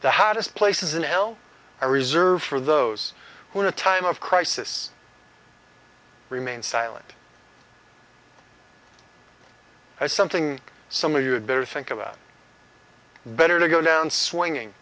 the hottest places in hell i reserve for those who in a time of crisis remain silent as something some of you had better think about better to go down swinging